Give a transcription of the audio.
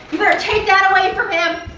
you better take that away from him.